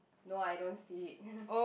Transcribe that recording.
no I don't see it